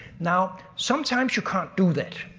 now sometimes you can't do that,